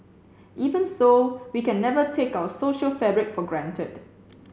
even so we can never take our social fabric for granted